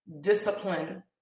discipline